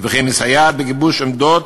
ומסייע בגיבוש עמדות